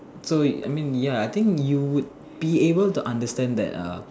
so it I mean ya I think you would be able to understand that ah